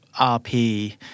RP